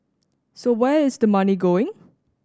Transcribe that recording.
so where is the money going